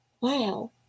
Wow